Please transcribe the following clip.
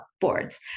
boards